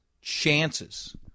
chances